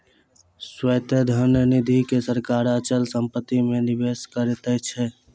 स्वायत्त धन निधि के सरकार अचल संपत्ति मे निवेश करैत अछि